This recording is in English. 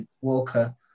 Walker